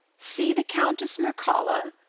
see the countess mircalla,